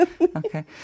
Okay